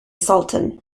sultan